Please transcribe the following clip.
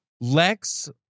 Lex